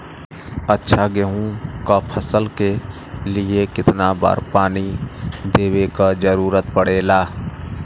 अच्छा गेहूँ क फसल के लिए कितना बार पानी देवे क जरूरत पड़ेला?